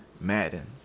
Madden